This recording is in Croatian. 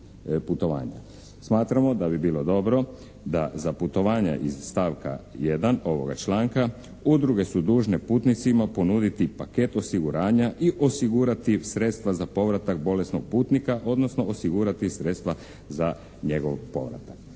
Smatramo da bi bilo dobro da za putovanja iz stavka 1. ovoga članka udruge su dužne putnicima ponuditi paket osiguranja i osigurati sredstva za povratak bolesnog putnika, odnosno osigurati sredstva za njegov povratak.